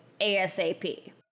asap